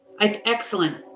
Excellent